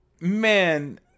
man